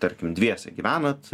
tarkim dviese gyvenat